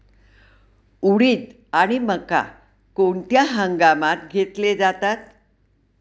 उडीद आणि मका कोणत्या हंगामात घेतले जातात?